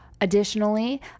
Additionally